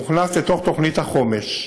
הוא הוכנס לתוך תוכנית החומש,